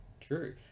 True